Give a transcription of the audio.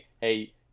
Hey